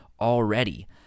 already